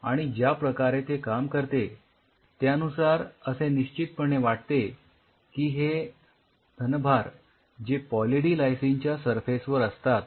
आणि ज्याप्रकारे ते काम करते त्यानुसार असे निश्चितपणे वाटते की हे धनभार जे पॉली डी लायसिनच्या सरफेस वर असतात